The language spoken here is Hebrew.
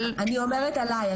אני אומרת ספציפית עליי,